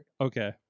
Okay